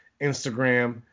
Instagram